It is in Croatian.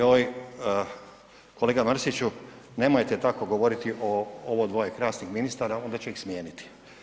Joj kolega Mrsiću nemojte tako govoriti o ovo dvoje krasnih ministara onda će ih smijeniti.